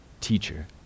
teacher